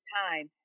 time